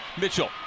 Mitchell